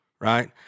Right